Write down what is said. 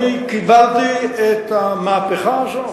אני קיבלתי את המהפכה הזאת.